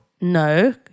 No